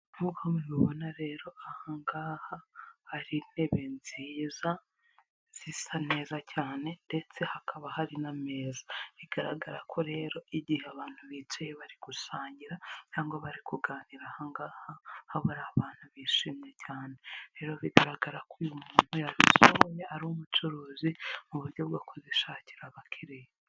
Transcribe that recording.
Nk'uko mubibona rero ahangaha hari intebe nziza zisa neza cyane ndetse hakaba hari n'ameza, bigaragara ko rero igihe abantu bicaye bari gusangira cyangwa bari kuganira aha ngaha haba ari abantu bishimye cyane, rero bigaragara ko uyu muntu ari umucuruzi mu buryo bwo kuzishakira abakiriya.